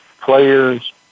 players